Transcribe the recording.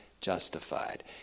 justified